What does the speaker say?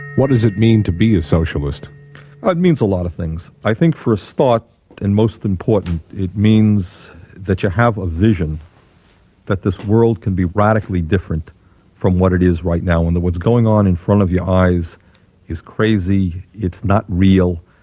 what does it mean to be a socialist? ah it means a lot of things. i think for a start and most important it means that you have a vision that this world can be radically different from what it is right now and that what's going on in front your eyes is crazy, it's not real,